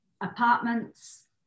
apartments